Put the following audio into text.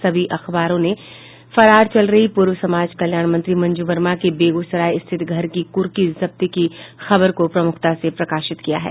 सभी अखबारों ने फरार चल रही पूर्व समाज कल्याण मंत्री मंजू वर्मा के बेगूसराय स्थित घर की कूर्की जब्ती की खबर को प्रमुखता से प्रकाशित किया है